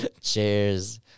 cheers